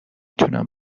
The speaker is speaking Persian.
تونم